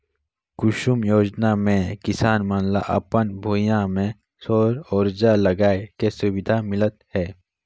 कुसुम योजना मे किसान मन ल अपन भूइयां में सउर उरजा लगाए के सुबिधा मिलत हे